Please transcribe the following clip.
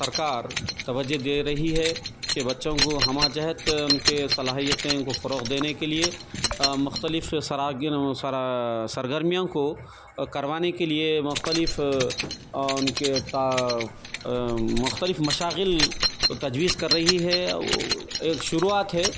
سرکار توجہ دے رہی ہے کہ بچّوں کو ہمہ جہت ان کے صلاحیتیں ان کو فروغ دینے کے لیے مختلف سراگیروں سرگرمیوں کو کروانے کے لیے مختلف ان کے تا مختلف مشاغل تجویز کر رہی ہے شروعات ہے